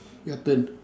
your turn